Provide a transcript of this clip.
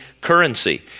currency